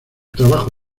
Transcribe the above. trabajo